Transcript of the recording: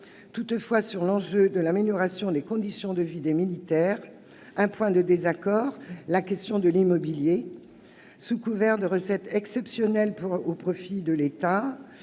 Toutefois, sur l'enjeu de l'amélioration des conditions de vie des militaires, existe un point de désaccord : la question de l'immobilier. Sous couvert de recettes exceptionnelles au profit de l'État,